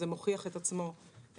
זה מוכיח את עצמו.